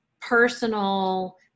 personal